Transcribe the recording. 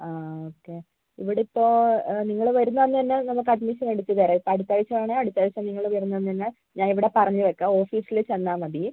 ആ ഓക്കെ ഇവിടെ ഇപ്പോൾ നിങ്ങൾ വരുന്ന അന്ന് തന്നെ നമുക്ക് അഡ്മിഷൻ എടുത്ത് തരാം ഇപ്പോൾ അടുത്തയാഴ്ച ആണെങ്കിൽ അടുത്തയാഴ്ച നിങ്ങൾ വരുന്ന അന്ന് തന്നെ ഞാൻ ഇവിടെ പറഞ്ഞ് വയ്ക്കാം ഓഫീസിൽ ചെന്നാൽ മതി